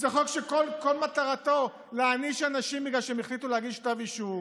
זה חוק שכל מטרתו להעניש אנשים בגלל שהם החליטו להגיש כתב אישום,